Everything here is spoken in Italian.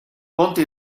ponte